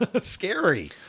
Scary